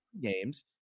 games